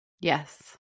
Yes